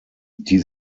die